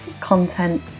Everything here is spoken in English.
content